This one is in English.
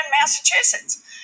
Massachusetts